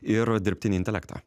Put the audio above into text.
ir dirbtinį intelektą